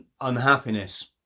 unhappiness